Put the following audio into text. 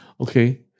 okay